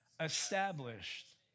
established